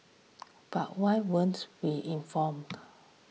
but why weren't we informed